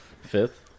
Fifth